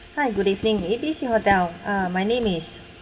hi good evening A B C hotel uh my name is